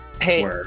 Hey